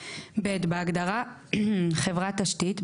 ; (ב) בהגדרה "חברת תשתית",